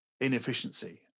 inefficiency